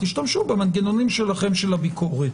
תשתמשו במנגנונים שלכם של הביקורת.